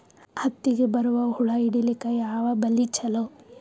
ಹತ್ತಿಗ ಬರುವ ಹುಳ ಹಿಡೀಲಿಕ ಯಾವ ಬಲಿ ಚಲೋ?